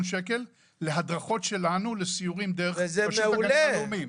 שקלים להדרכות שלנו לסיורים דרך רשות הגנים הלאומיים.